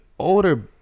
older